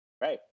Right